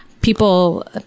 people